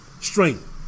strength